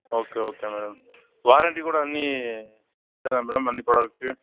okay okay madam warranty కూడా అన్నీ సరే మ్యాడమ్